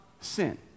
sin